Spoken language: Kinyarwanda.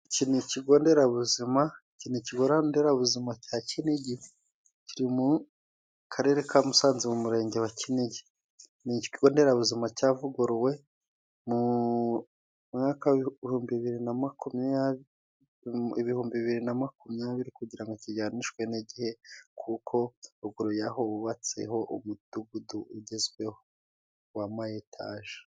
Ici ni icigo nderabuzima iki ni kigo nderabuzima cya Kinigi kiri mu karere ka Musanze mu murenge wa Kinigi. Ni ikigo nderabuzima cyavuguruwe mu mwaka w' ibihumbi bibiri na makumyabiri, kugira kijyanishwe n'igihe kuko ruguru ya ho bubatseho umudugudu ugezweho wa mayetage.